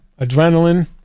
adrenaline